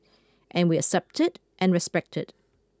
and we accept it and respect it